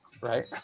right